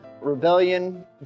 rebellion